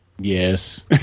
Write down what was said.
yes